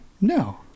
no